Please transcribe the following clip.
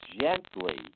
gently